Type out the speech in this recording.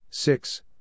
Six